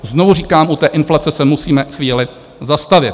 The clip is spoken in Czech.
Znovu říkám, u té inflace se musíme chvíli zastavit.